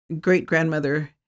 great-grandmother